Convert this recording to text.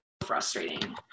Frustrating